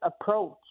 approach